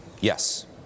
Yes